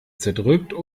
zerdrückt